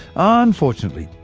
ah unfortunately,